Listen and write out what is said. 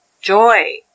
joy